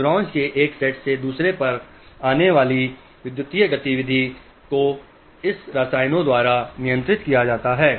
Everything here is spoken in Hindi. न्यूरॉन्स के एक सेट से दूसरे पर आने वाली विद्युत गतिविधि को इन रसायनों द्वारा नियंत्रित किया जाता है